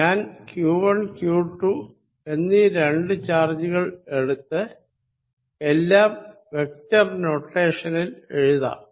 ഞാൻ q1 q2 എന്നീ രണ്ടു ചാജുകൾ എടുത്ത് എല്ലാo വെക്ടർ നൊട്ടേഷനിൽ എഴുതാം